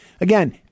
Again